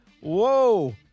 whoa